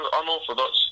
unorthodox